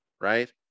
right